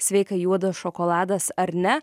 sveika juodas šokoladas ar ne